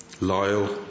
Lyle